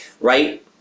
right